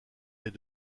est